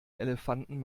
elefanten